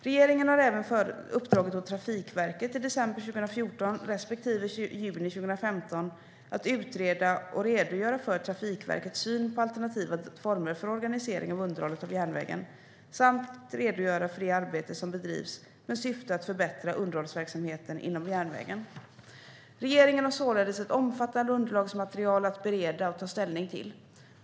Regeringen har även uppdragit åt Trafikverket i december 2014 respektive juni 2015 att utreda och redogöra för Trafikverkets syn på alternativa former för organisering av underhållet av järnvägen samt redogöra för det arbete som bedrivs med syfte att förbättra underhållsverksamheten inom järnvägen. Regeringen har således ett omfattande underlagsmaterial att bereda och ta ställning till.